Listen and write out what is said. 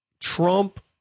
Trump